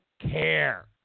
care